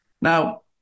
Now